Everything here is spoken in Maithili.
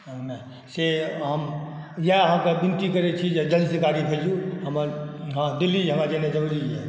से इएह अहाँकेँ ड्यूटी करै छी जे जल्दी सँ जल्दी गाड़ी भेजू हमर दिल्ली जेनाइ हमरा जरुरी यऽ